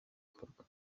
gikorwa